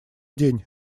день